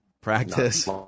practice